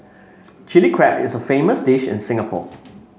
Chilli Crab is a famous dish in Singapore